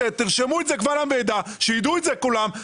תרשמו את זה קבל עם ועדה, שידעו את זה כולם.